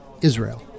Israel